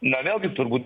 na vėlgi turbūt